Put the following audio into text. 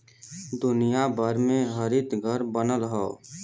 दुनिया भर में हरितघर बनल हौ